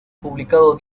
publicado